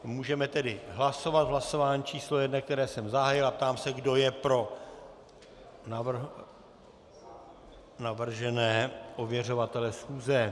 Můžeme tedy hlasovat v hlasování číslo 1, které jsem zahájil, a ptám se, kdo je pro navržené ověřovatele schůze.